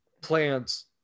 plants